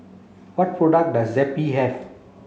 what product does Zappy have